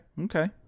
Okay